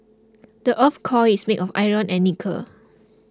the earth's core is made of iron and nickel